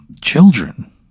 children